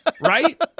Right